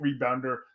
rebounder